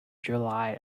july